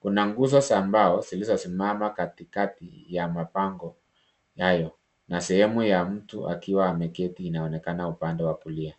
Kuna nguzo za mbao, zilizosimama katikati ya mabango hayo, na sehemu ya mtu akiwa ameketi inaonekana upande wa kulia.